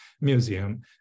Museum